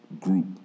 group